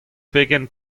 pegen